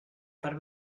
per